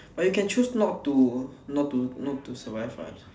but you can choose not to not to not to survive what